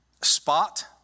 spot